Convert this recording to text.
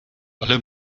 alle